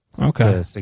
Okay